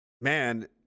man